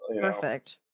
Perfect